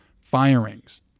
firings